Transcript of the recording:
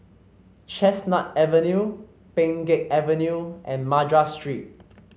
Chestnut Avenue Pheng Geck Avenue and Madras Street